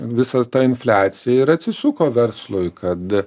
visa ta infliacija ir atsisuko verslui kad